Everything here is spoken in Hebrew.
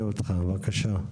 בבקשה.